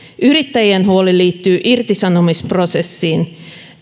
yrittäjien huoli liittyy irtisanomisprosessin